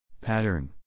Pattern